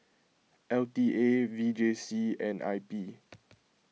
L T A V J C and I P